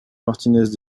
martínez